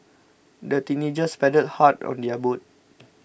the teenagers paddled hard on their boat